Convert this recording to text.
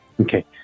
Okay